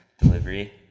delivery